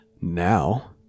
now